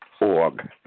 org